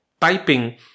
typing